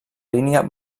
línia